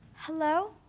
hello?